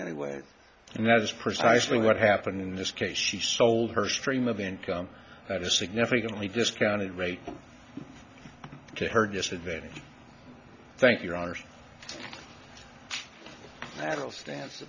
anyway and that's precisely what happened in this case she sold her stream of income at a significantly discounted rate to her just advantage thank your honour's